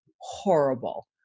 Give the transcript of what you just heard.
horrible